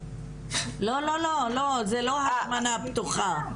לא, זאת לא הזמנה פתוחה.